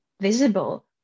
visible